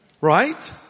right